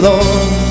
Lord